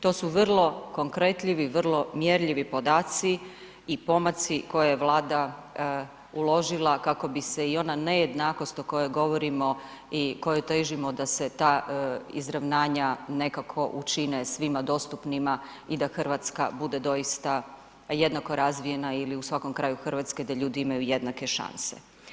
To su vrlo konkretni i vrlo mjerljivi podaci i pomaci koje je Vlada uložila kako bi se i ona nejednakost o kojoj govorimo i kojoj težimo da se ta izravnanja nekako učine svima dostupnima i da Hrvatska bude doista jednako razvijena ili u svakom kraju Hrvatske da ljudi imaju jednake šanse.